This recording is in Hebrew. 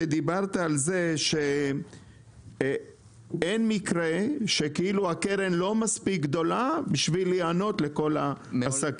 הוא שאין מקרה שהקרן לא מספיק גדולה כדי להיענות עבורו.